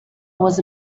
was